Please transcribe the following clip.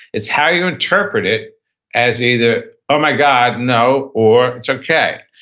it's how you interpret it as either, oh my god, no or it's okay.